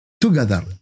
together